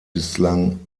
bislang